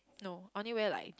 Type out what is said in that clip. no I only wear like